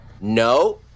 No